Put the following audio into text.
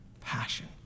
passion